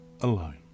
alone